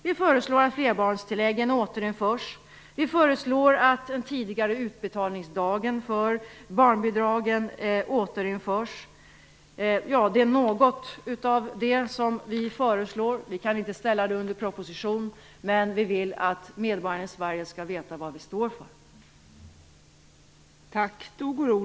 Vi föreslår att flerbarnstilläggen och den tidigare utbetalningsdagen av barnbidragen återinförs. Detta är några av våra förslag. Vi kan inte ställa dem under proposition, men vi vill att medborgarna i Sverige skall veta vad vi står för.